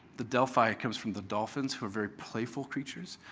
the delphi comes from the dolphins who are very playful creatures.